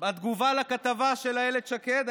התגובה של אילת שקד לכתבה?